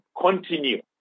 continue